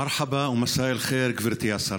מרחבא ומסא אל-ח'יר, גברתי השרה.